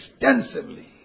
extensively